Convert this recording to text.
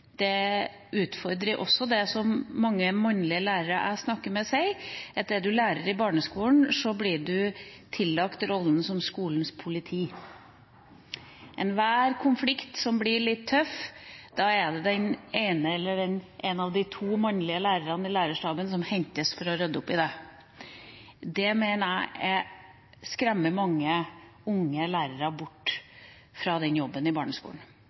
Det utfordrer også noe som mange mannlige lærere som jeg snakker med, sier, nemlig at dersom en er mannlig lærer i barneskolen, blir en tillagt rollen som skolens politi. Ved enhver konflikt som blir litt tøff, er det den ene mannlige læreren eller én av de to mannlige lærerne i lærerstaben som hentes for å rydde opp i det. Det mener jeg skremmer mange unge lærere bort fra den jobben i barneskolen.